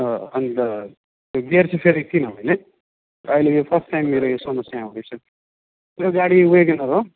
अन्त त्यो गियर चाहिँ फेरि किनभने अहिले यो फर्स्ट टाइम मेरो यो समस्या आउँदैछ त्यो गाडी वेगेनर हो